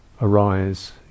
arise